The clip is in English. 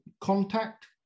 contact